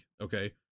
Okay